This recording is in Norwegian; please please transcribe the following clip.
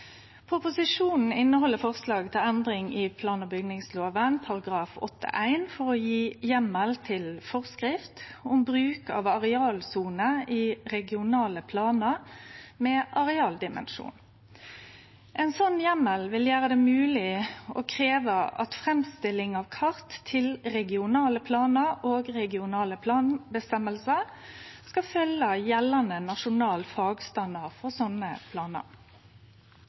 Proposisjonen inneheld forslag til endring i plan- og bygningsloven § 8-1 for å gje heimel til å gje forskrift om bruk av arealsoner i regionale planar med arealdimensjon. Ein slik heimel vil gjere det mogleg å krevje at framstilling av kart til regionale planar og regionale planføresegner skal følgje gjeldande nasjonal fagstandard for slike planar.